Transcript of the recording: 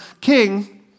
king